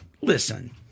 listen